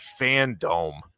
fandom